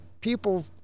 people